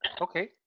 okay